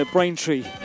Braintree